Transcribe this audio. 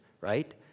right